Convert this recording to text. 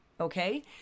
Okay